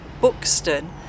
Buxton